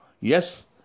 Yes